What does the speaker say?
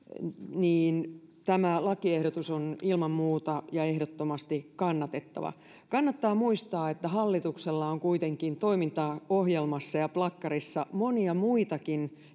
niin tämä lakiehdotus on ilman muuta ja ehdottomasti kannatettava kannattaa muistaa että hallituksella on kuitenkin toimintaohjelmassa ja plakkarissa monia muitakin